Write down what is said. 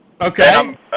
Okay